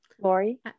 Lori